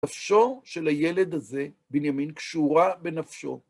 נפשו של הילד הזה, בנימין, קשורה בנפשו.